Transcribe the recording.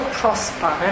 prosper